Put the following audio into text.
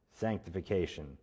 sanctification